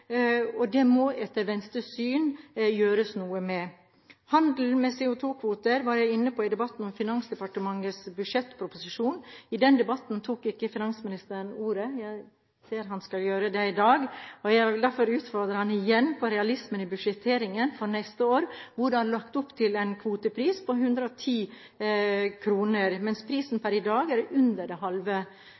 og det må etter Venstres syn gjøres noe med. Handel med CO2-kvoter var jeg inne på i debatten om Finansdepartementets budsjettproposisjon. I den debatten tok ikke finansministeren ordet. Jeg ser at han skal gjøre det i dag, og jeg vil derfor utfordre ham igjen på realismen i budsjetteringen for neste år, hvor det er lagt opp til en kvotepris på 110 kr, mens prisen per i dag er under det halve,